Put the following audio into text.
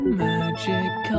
magic